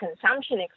consumption